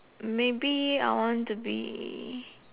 maybe I want to be